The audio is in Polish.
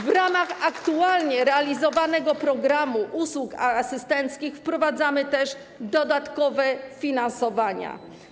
W ramach aktualnie realizowanego programu usług asystenckich wprowadzamy też dodatkowe finansowania.